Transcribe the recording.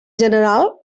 general